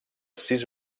sis